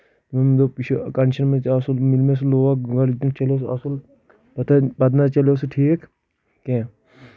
ہُمۍ دوٚپ یہِ چُھ کنشس منٛز تہِ اصٕل ییٚلہِ مےٚ سُہ لوگ گوٚڈٕنِک دۄہ چلیو سُہ اصٕل پتہٕ نہٕ حظ چلیو ٹھیک کینٛہہ